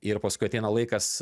ir paskui ateina laikas